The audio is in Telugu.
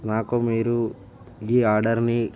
నాకు మీరు ఈ ఆర్డర్ని